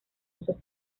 usos